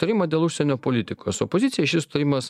tarimą dėl užsienio politikos politikos opozicijai ši stojimas